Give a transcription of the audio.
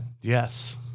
Yes